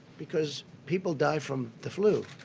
because people die from the flu.